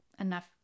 enough